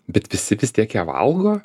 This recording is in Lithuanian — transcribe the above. bet visi vis tiek ją valgo